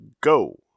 go